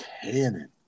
cannon